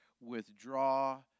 withdraw